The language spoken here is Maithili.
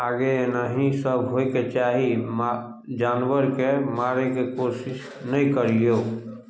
आगे एनाही सभ होइके चाही मा जानवरके मारयके कोशिश नहि करियौ